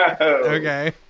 Okay